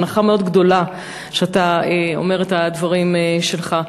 הנחה מאוד גדולה כשאתה אומר את הדברים שלך.